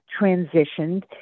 transitioned